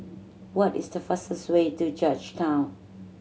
what is the fastest way to Georgetown